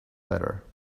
better